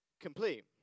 complete